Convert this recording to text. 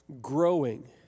growing